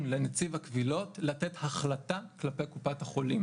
לנציב הקבילות לתת החלטה כלפי קופת החולים.